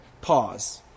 Pause